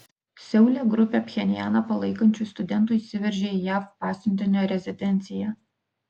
seule grupė pchenjaną palaikančių studentų įsiveržė į jav pasiuntinio rezidenciją